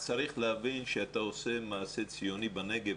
דרור רק צריך להבין שכאתה עושה מעשה ציוני בנגב,